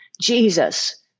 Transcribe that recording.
Jesus